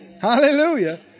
Hallelujah